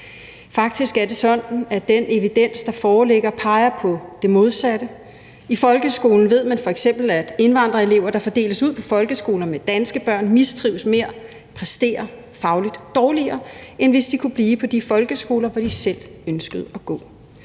Faktisk er det sådan, at den evidens, der foreligger, peger på det modsatte. I folkeskolen ved man f.eks., at indvandrerelever, der fordeles ud på folkeskoler med danske børn, mistrives mere, præsterer fagligt dårligere, end hvis de kunne blive på de folkeskoler, hvor de selv ønskede at gå.